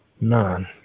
None